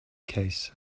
case